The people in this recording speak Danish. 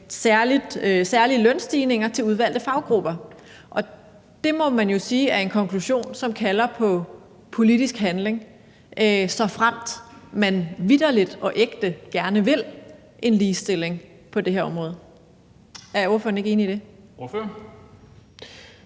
særlige lønstigninger til udvalgte faggrupper. Det må man jo sige er en konklusion, som kalder på politisk handling, såfremt man vitterlig og ægte gerne vil en ligestilling på det her område. Er ordføreren ikke enig i det?